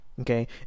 okay